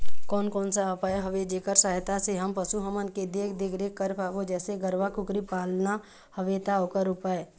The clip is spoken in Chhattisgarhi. कोन कौन सा उपाय हवे जेकर सहायता से हम पशु हमन के देख देख रेख कर पाबो जैसे गरवा कुकरी पालना हवे ता ओकर उपाय?